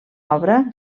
obra